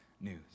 news